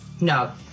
No